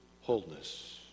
wholeness